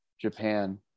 Japan